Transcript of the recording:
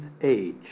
age